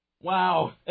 Wow